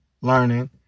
learning